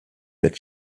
that